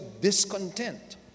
discontent